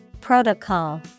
Protocol